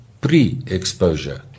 pre-exposure